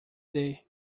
day